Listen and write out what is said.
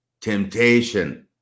temptation